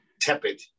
tepid